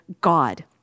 God